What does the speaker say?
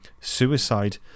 suicide